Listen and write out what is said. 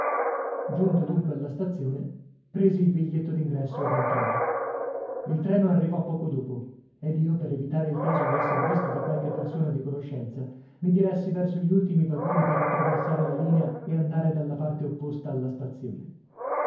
giunto dunque alla stazione presi il biglietto d'ingresso ed entrai il treno arrivò poco dopo ed io per evitare il caso di esser visto da qualche persona di conoscenza mi diressi verso gli ultimi vagoni per attraversare la linea e andare dalla parte opposta alla stazione